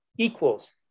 equals